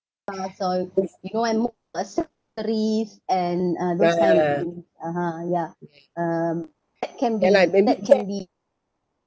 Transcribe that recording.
some are so you know I move from a secretary and this time (uh huh) ya this time I can be that can be